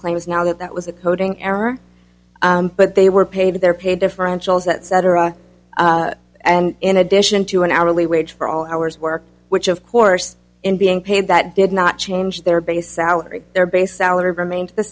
claims now that that was a coding error but they were paid their pay differentials that cetera and in addition to an hourly wage for all hours work which of course in being paid that did not change their base salary their base salary remained the